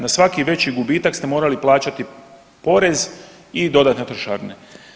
Na svaki veći gubitak ste morali plaćati porez i dodatne trošarine.